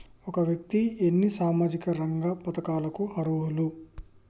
ఒక వ్యక్తి ఎన్ని సామాజిక రంగ పథకాలకు అర్హులు?